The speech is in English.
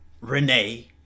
Renee